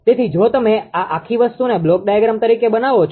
તેથી જો તમે આ આખી વસ્તુને બ્લોક ડાયાગ્રામ રજૂઆત તરીકે બનાવો છો